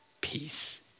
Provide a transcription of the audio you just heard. peace